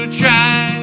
try